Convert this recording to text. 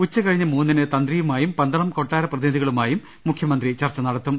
ഉച്ചകഴിഞ്ഞ് മൂന്നിന് തന്ത്രിയുമായും പന്തളം കൊട്ടാര പ്രതിനിധികളുമായും മുഖ്യ മന്ത്രി ചർച്ച നടത്തും